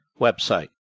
website